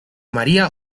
maría